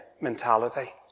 mentality